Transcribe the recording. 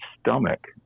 stomach